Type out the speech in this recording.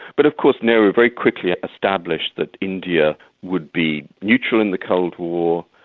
but of course nehru very quickly established that india would be neutral in the cold war,